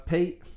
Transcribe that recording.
Pete